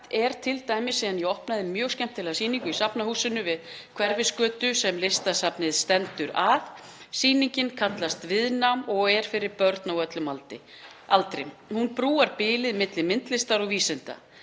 Skammt er t.d. síðan ég opnaði mjög skemmtilega sýningu í Safnahúsinu við Hverfisgötu sem Listasafnið stendur að. Sýningin kallast Viðnám og er fyrir börn á öllum aldri. Hún brúar bilið milli myndlistar og vísinda.